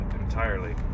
entirely